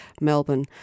Melbourne